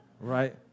Right